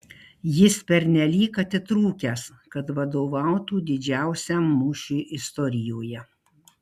jis pernelyg atitrūkęs kad vadovautų didžiausiam mūšiui istorijoje